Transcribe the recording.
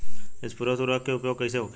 स्फुर उर्वरक के उपयोग कईसे होखेला?